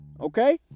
okay